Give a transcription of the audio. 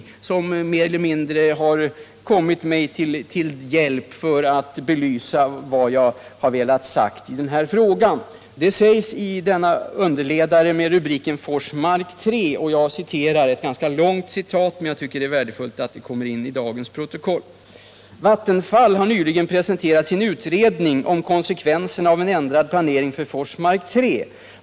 Den har mer eller mindre kommit mig till hjälp för att belysa den här frågan. Det är ett ganska långt citat, men jag tycker att det är värdefullt att det kommer in i dagens protokoll. Det sägs i dag i en underledare med rubriken Forsmark 3: ”Vattenfall har nyligen presenterat sin utredning om konsekvenserna av en ändrad planering för Forsmark 3.